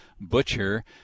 Butcher